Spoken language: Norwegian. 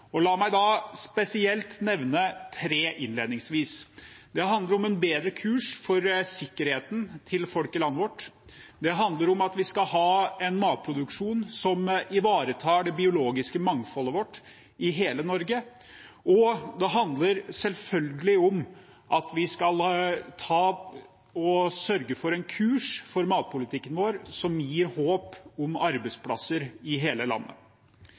områder. La meg innledningsvis spesielt nevne tre. Det handler om en bedre kurs for sikkerheten til folk i landet vårt, det handler om at vi skal ha en matproduksjon som ivaretar det biologiske mangfoldet vårt, i hele Norge, og det handler selvfølgelig om at vi skal sørge for en kurs for matpolitikken vår som gir håp om arbeidsplasser i hele landet.